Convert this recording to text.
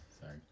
Sorry